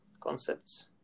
concepts